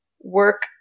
work